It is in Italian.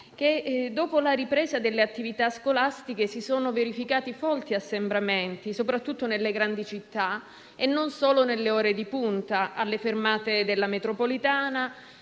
Dopo la ripresa delle attività scolastiche, si sono verificati folti assembramenti, soprattutto nelle grandi città, e non solo nelle ore di punta. Alle fermate della metropolitana